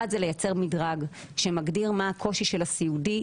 1. לייצר מדרג שמגדיר מה הקושי של הסיעודי,